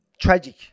tragic